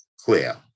clear